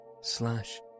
slash